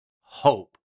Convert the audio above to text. hope